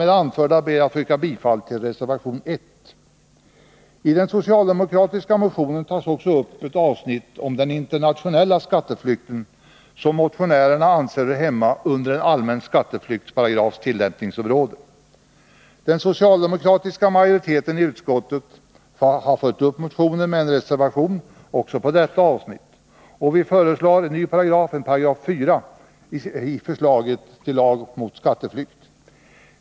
Med det anförda ber jag att få yrka bifall till reservation 1; I den socialdemokratiska motionen tas också upp ett avsnitt om den internationella skatteflykten, som motionärerna anser hör hemma under en allmän skatteflyktsparagrafs tillämpningsområde. Den socialdemokratiska minoriteten i utskottet har följt upp motionen med en reservation också på detta avsnitt och föreslår en 4 § i sitt förslag till lag mot skatteflykt.